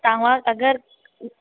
तव्हां अगरि